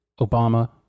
obama